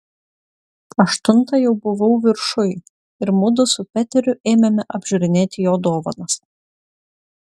aštuntą jau buvau viršuj ir mudu su peteriu ėmėme apžiūrinėti jo dovanas